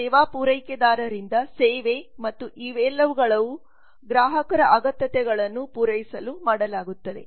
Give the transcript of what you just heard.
ಸೇವಾ ಪೂರೈಕೆದಾರರಿಂದ ಸೇವೆ ಮತ್ತು ಇವುಗಳೆಲ್ಲವೂ ಗ್ರಾಹಕರ ಅಗತ್ಯಗಳನ್ನು ಪೂರೈಸಲು ಮಾಡಲಾಗುತ್ತದೆ